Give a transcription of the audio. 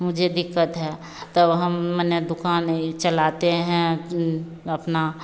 मुझे दिक्कत है तब हम माने दुक़ान यह चलाते हैं अपनी